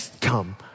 come